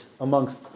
amongst